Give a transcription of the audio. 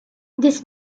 this